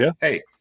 Hey